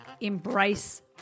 Embrace